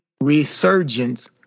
resurgence